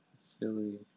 silly